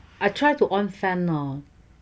I try to on fan